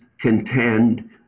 contend